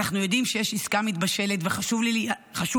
אנחנו יודעים שיש עסקה מתבשלת וחשוב לי,